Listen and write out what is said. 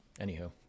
Anywho